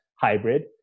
Hybrid